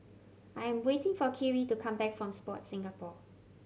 I am waiting for Kyrie to come back from Sport Singapore